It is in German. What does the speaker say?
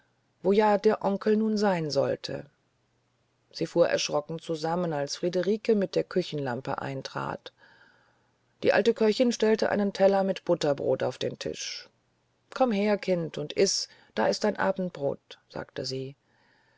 wo ja der onkel nun sein sollte sie fuhr erschrocken zusammen als friederike mit der küchenlampe eintrat die alte köchin stellte einen teller mit butterbrot auf den tisch komm her kind und iß da ist dein abendbrot sagte sie